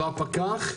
הפקח,